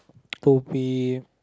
to be